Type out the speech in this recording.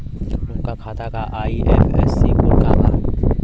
उनका खाता का आई.एफ.एस.सी कोड का बा?